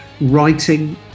writing